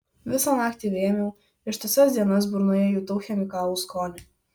visą naktį vėmiau ištisas dienas burnoje jutau chemikalų skonį